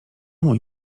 mój